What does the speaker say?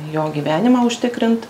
jo gyvenimą užtikrint